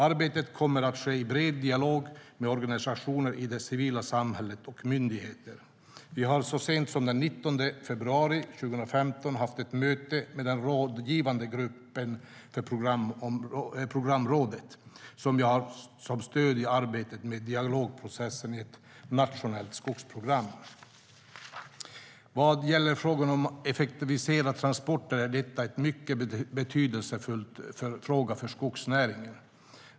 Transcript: Arbetet kommer att ske i bred dialog med organisationer i det civila samhället och myndigheter. Vi har så sent som den 19 februari 2015 haft ett möte med den rådgivande grupp, programrådet, som jag har som stöd i arbetet med dialogprocessen i ett nationellt skogsprogram. Vad gäller frågan om att effektivisera transporter är detta en mycket betydelsefull fråga för skogsnäringen.